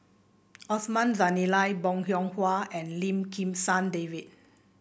Osman Zailani Bong Hiong Hwa and Lim Kim San David